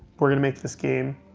we're gonna make this game,